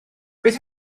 beth